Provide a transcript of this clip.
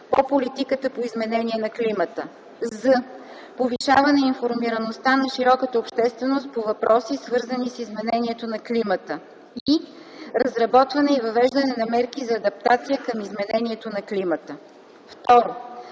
по политиката по изменение на климата; з) повишаване информираността на широката общественост по въпроси, свързани с изменението на климата; и) разработване и въвеждане на мерки за адаптация към изменението на климата; 2.